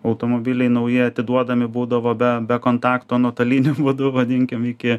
automobiliai nauji atiduodami būdavo be be kontakto nuotoliniu būdu vadinkim iki